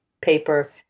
paper